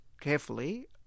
carefully